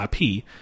IP